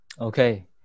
Okay